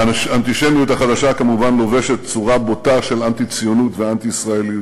האנטישמיות החדשה כמובן לובשת צורה בוטה של אנטי-ציונות ואנטי-ישראליות.